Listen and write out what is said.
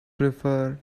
prefer